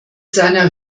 seiner